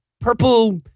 purple